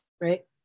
right